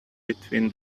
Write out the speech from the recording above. between